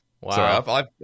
wow